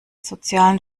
sozialen